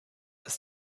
ist